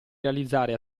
realizzare